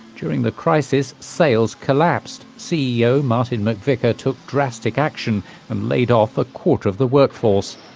during the crisis, sales collapsed. ceo martin mcvicar took drastic action and laid off a quarter of the workforce.